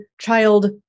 child